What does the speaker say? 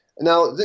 Now